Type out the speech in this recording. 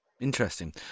Interesting